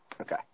Okay